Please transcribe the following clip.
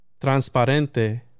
transparente